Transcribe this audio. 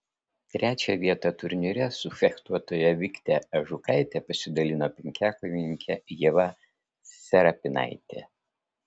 trečiąją vietą turnyre su fechtuotoja vikte ažukaite pasidalino penkiakovininkė ieva serapinaitė